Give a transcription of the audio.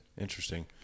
Interesting